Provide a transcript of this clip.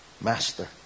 Master